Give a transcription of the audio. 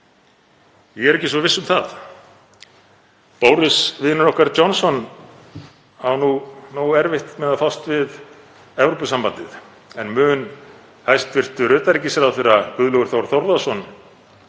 Ég er ekki svo viss um það. Boris vinur okkar Johnson á nógu erfitt með að fást við Evrópusambandið. Mun hæstv. utanríkisráðherra Guðlaugur Þór Þórðarson